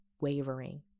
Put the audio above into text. wavering